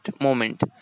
moment